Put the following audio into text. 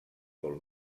molt